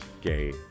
gay